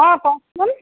অঁ কওঁকচোন